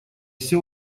все